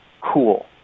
cool